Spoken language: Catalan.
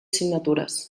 signatures